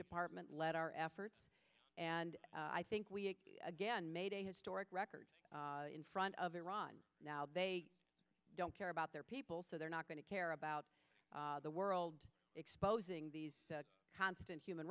department led our efforts and i think we again made a historic record in front of iran now they don't care about their people so they're not going to care about the world exposing these constant human